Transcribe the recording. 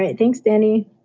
right. thanks, danny